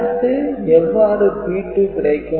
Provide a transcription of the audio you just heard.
அடுத்து எவ்வாறு P2 கிடைக்கும்